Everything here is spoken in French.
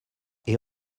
est